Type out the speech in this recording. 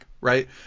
right